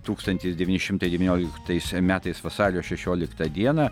tūkstantis devyni šimtai devynioliktais metais vasario šešioliktą dieną